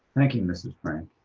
thank you, ms. frank.